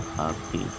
happy